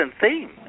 theme